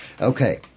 Okay